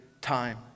time